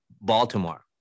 Baltimore